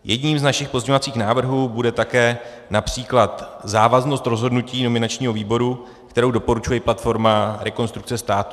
Jedním z našich pozměňovacích návrhů bude také například závaznost rozhodnutí nominačního výboru, kterou doporučuje i platforma Rekonstrukce státu.